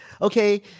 Okay